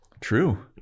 True